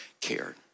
cared